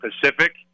Pacific